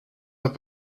have